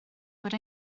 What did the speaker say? fod